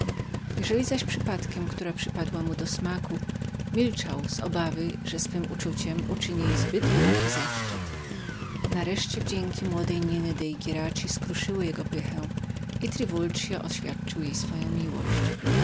jeżeli zaś przypadkiem która przypadła mu do smaku milczał z obawy aby się nie poniżył okazaniem kobiecie tak wysokiego zaszczytu nareszcie wdzięki młodej niny dei gieraci skruszyły jego obojętność i triwuld oświadczył jej swoją miłość